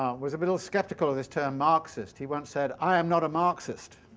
um was a little skeptical of this term marxist. he once said i am not a marxist